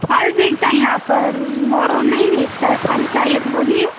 फल बिकता है यहाँ पर मोर उर नही बिकता है फल चाहिए तो बोलिए